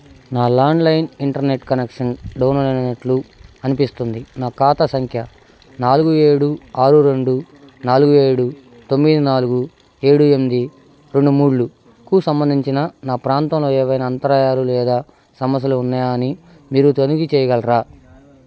నా landline internet connection down అయినట్లు అనిపిస్తోంది నా ఖాతా సంఖ్య నాలుగు ఏడు ఆరు రెండు నాలుగు ఏడు తొమ్మిది నాలుగు ఏడు ఎనిమిది రెండు మూడులుకు సంబంధించిన నా ప్రాంతంలో ఏవైనా అంతరాయాలు లేదా సమస్యలు ఉన్నాయా అని మీరు తనిఖీ చేయగలరా